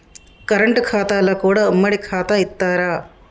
Current ఖాతాలో కూడా ఉమ్మడి ఖాతా ఇత్తరా?